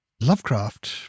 Lovecraft